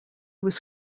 was